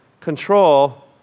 control